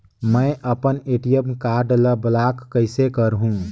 मै अपन ATM card ल ब्लाक कइसे करहूं?